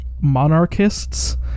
monarchists